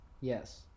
Yes